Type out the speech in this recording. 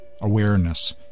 awareness